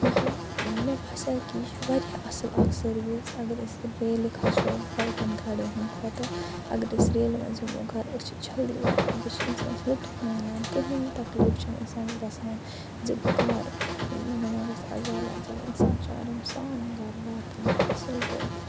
مَطلَب مےٚ باسٮ۪و کہِ یہِ چھُ واریاہ اَصٕل اَکھ سٔروِس اگر أسۍ ریلہِ کھَسو باقیَن گاڑٮ۪ن ہٕنٛدِ کھۅتہٕ اگر أسۍ ریلہِ مَنٛز یمو گَرٕ أسۍ چھِ جلدی واتان بیٚیہِ چھ اِنسانَس لُطُف میلان کٕہیٖنٛۍ تَکلیٖف چھُ نہٕ اِنسانَس گَژھان زِ بہٕ کَر مےٚ ما گَژھِ عذاب وزاب اِنسان چھُ آرام سان گَرٕ واتان اَصۭل پٲٹھۍ